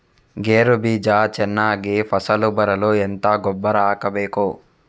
ಗೇರು ಬೀಜ ಚೆನ್ನಾಗಿ ಫಸಲು ಬರಲು ಎಂತ ಗೊಬ್ಬರ ಹಾಕಬೇಕು?